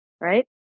right